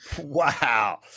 Wow